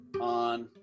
on